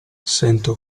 sento